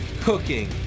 cooking